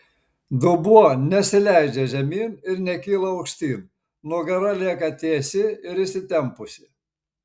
dubuo nesileidžia žemyn ir nekyla aukštyn nugara lieka tiesi ir įsitempusi